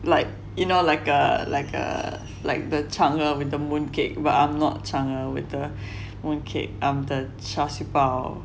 like you know like a like a like the 嫦娥 with the mooncake but I'm not 嫦娥 with the mooncake I am the char siew bao